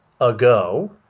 ago